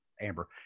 Amber